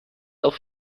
auf